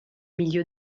milieu